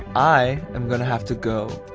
i am gonna have to go,